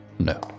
No